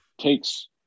takes